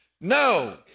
No